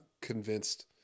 convinced